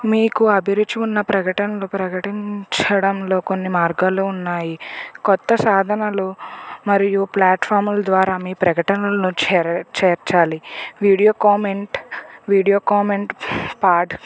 మీకు అభిరుచి ఉన్న ప్రకటనలు ప్రకటించడంలో కొన్ని మార్గాలు ఉన్నాయి కొత్త సాధనలు మరియు ప్లాట్ఫాముల ద్వారా ప్రకటనలు చే చేర్చాలి వీడియో కామెంట్ వీడియో కామెంట్ పా